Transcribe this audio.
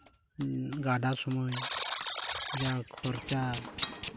ᱜᱟᱰᱟ ᱥᱚᱢᱚᱭ ᱡᱟ ᱠᱷᱚᱨᱪᱟ